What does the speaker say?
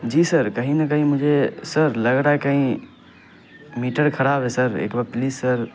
جی sir کہیں نہ کہیں مجھے سر لگ رہا ہے کہیں میٹر خراب سے سر ایک بار پلیز سر